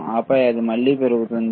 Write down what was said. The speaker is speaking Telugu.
ఆపై అది మళ్ళీ పెరుగుతుంది